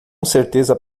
certeza